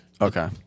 Okay